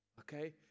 Okay